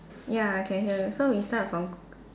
ya I can hear so we start from